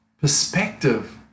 perspective